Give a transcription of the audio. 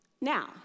Now